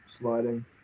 sliding